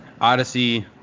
odyssey